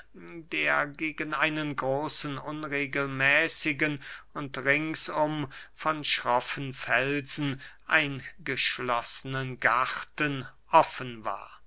der gegen einen großen unregelmäßigen und ringsum von schroffen felsen eingeschloßnen garten offen war